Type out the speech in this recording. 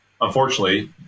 Unfortunately